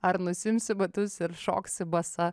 ar nusiimsi batus ir šoksi basa